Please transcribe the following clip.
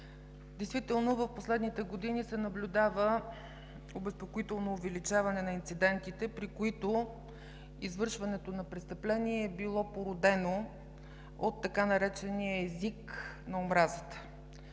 действително в последните години се наблюдава обезпокоително увеличаване на инцидентите, при които извършването на престъпление е било породено от така наречения език на омразата.